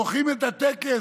דוחים את הטקס,